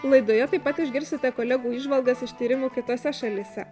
laidoje taip pat išgirsite kolegų įžvalgas iš tyrimų kitose šalyse